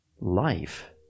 life